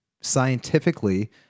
scientifically